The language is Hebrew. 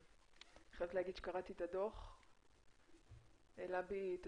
אני חייבת להגיד שקראתי את הדו"ח והוא העלה בי את